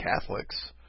Catholics